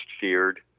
feared